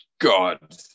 God